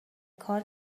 کار